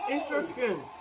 Interesting